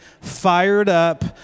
fired-up